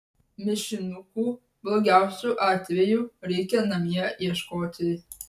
mišinukų blogiausiu atveju reikia namie ieškoti